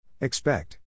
Expect